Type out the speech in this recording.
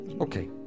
Okay